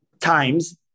times